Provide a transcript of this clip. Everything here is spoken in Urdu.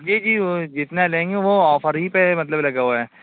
جی جی وہ جتنا لیں گے وہ آفر ہی پہ ہے مطلب لگا ہُوا ہے